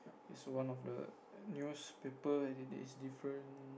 is one of the newspaper as in it's different